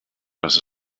dass